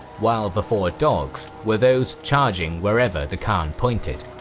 while the four dogs were those charging wherever the khan pointed.